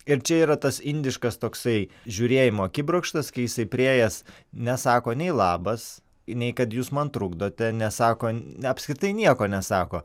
ir čia yra tas indiškas toksai žiūrėjimo akibrokštas kai jisai priėjęs nesako nei labas nei kad jūs man trukdote nesako apskritai nieko nesako